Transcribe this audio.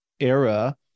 era